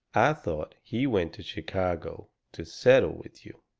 i thought he went to chicago to settle with you.